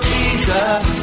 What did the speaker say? Jesus